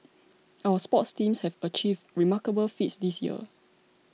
our sports teams have achieved remarkable feats this year